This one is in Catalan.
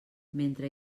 mentre